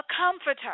comforter